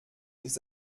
ist